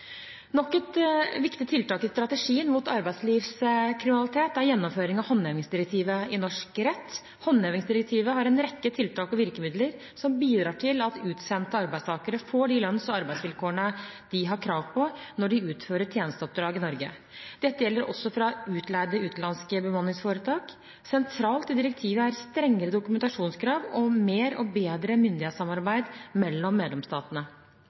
Nok et viktig tiltak i strategien mot arbeidslivskriminalitet er gjennomføring av håndhevingsdirektivet i norsk rett. Håndhevingsdirektivet har en rekke tiltak og virkemidler som bidrar til at utsendte arbeidstakere får de lønns- og arbeidsvilkårene de har krav på når de utfører tjenesteoppdrag i Norge. Dette gjelder også utleide fra utenlandske bemanningsforetak. Sentralt i direktivet er strengere dokumentasjonskrav og mer og bedre myndighetssamarbeid mellom medlemsstatene.